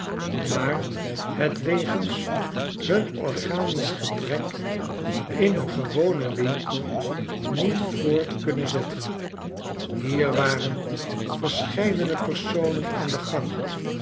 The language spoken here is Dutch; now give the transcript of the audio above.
maar het wegens hun organisch gebrek in een gewonen winkel niet voort kunnen zetten hier waren verscheidene personen aan den gang